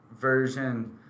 version